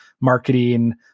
marketing